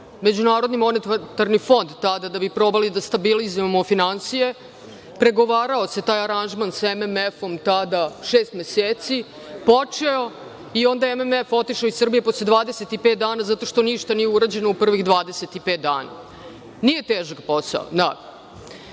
je pre 15 godina MMF tada, da bi probali da stabilizujemo finansije. Pregovarao se taj aranžman sa MMF tada šest meseci, počeo i onda je MMF otišao iz Srbije posle 25 dana zato što ništa nije urađeno u prvih 25 dana. Nije težak posao.